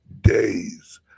days